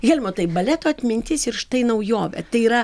helmutai baleto atmintis ir štai naujovė tai yra